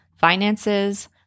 finances